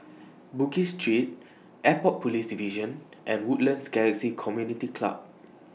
Bugis Street Airport Police Division and Woodlands Galaxy Community Club